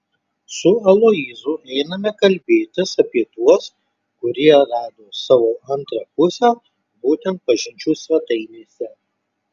su aloyzu einame kalbėtis apie tuos kurie rado savo antrą pusę būtent pažinčių svetainėse